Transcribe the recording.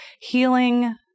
healing